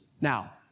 now